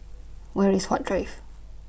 Where IS Huat Drive